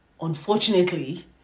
unfortunately